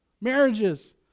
marriages